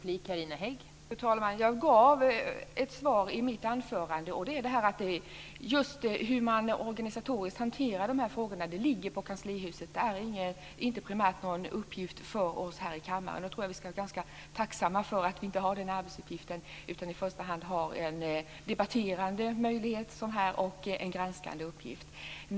Fru talman! Jag gav ett svar i mitt anförande, och det var det här med att just hur man organisatoriskt hanterar de här frågorna ligger under kanslihuset. Det är inte primärt någon uppgift för oss här i kammaren. Jag tror att vi ska vara ganska tacksamma för att vi inte har den arbetsuppgiften utan i första hand har en debatterande uppgift, som här, och en granskande uppgift.